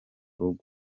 rugo